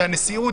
הנשיאות